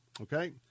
okay